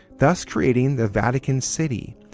thus creating the vatican city,